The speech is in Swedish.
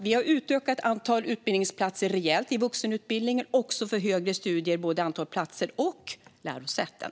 Vi har utökat antalet utbildningsplatser rejält i vuxenutbildningen och i högre studier, och även antalet lärosäten.